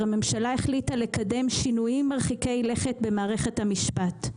הממשלה החליטה לקדם שינויים מרחיקי לכת במערכת המשפט.